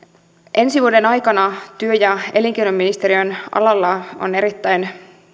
ensi vuoden aikana työ ja elinkeinoministeriön alalla on erittäin